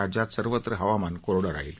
राज्यात इतरत्रत्र हवामान कोरडं राहील